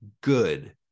good